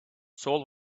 saul